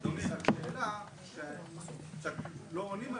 אדוני, רק שאלה שלא עונים עליה.